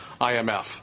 IMF